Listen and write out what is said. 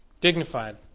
Dignified